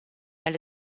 alle